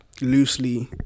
loosely